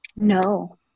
No